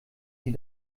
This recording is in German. sie